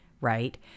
right